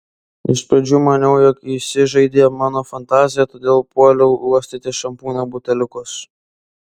iš pradžių maniau jog įsižaidė mano fantazija todėl puoliau uostyti šampūno buteliukus